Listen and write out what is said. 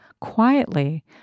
Quietly